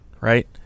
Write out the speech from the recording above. right